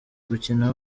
gukina